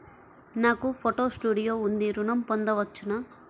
నాకు photo studio ఉంది ఋణం పొంద వచ్చునా?